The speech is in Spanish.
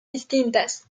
distintas